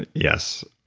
yes,